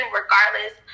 regardless